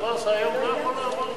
דבר שהיום לא יכול לעבור בכלל.